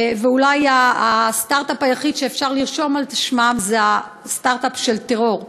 ואולי הסטרט-אפ היחיד שאפשר לרשום על שמם זה הסטרט-אפ של טרור.